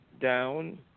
down